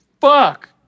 fuck